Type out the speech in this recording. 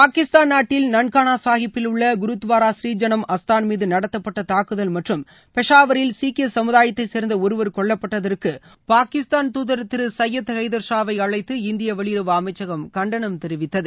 பாகிஸ்தான் நாட்டில் நன்கானா சாஹிப்பில் உள்ள குருத்வாரா பூநீ ஜனம் அஸ்தான் மீது நடத்தப்பட்ட தங்குதல் மற்றம்பெஷாவரில் சீக்கிய சமுதாயத்தை கேர்ந்த ஒருவர் கொல்லப்பட்டதற்கு பாகிஸ்தான் துதர் திரு சையத் ஹைதர் ஷாவை அழைத்து இந்திய வெளியுறவு அமைச்சகம் கண்டணம் தெரிவித்தது